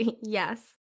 yes